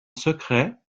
secret